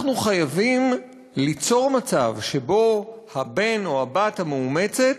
אנחנו חייבים ליצור מצב שבו הבן או הבת המאומצת,